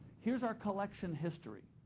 here's our collection history.